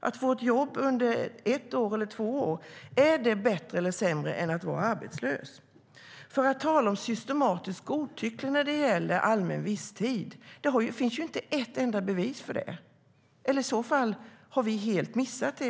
Att få ett jobb under ett eller två år, är det bättre eller sämre än att vara arbetslös? Ali Esbati talar om systematiskt godtycke när det gäller allmän visstid. Det finns inte ett enda bevis för det. Annars har vi helt missat det.